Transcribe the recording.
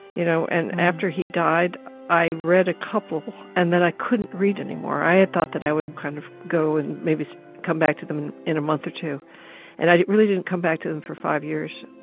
you know, and after he died i read a couple and then i couldn't read anymore. i had thought that i would kind of go and maybe come back to them in a month or two and i really didn't come back to them for five years.